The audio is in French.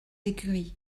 écuries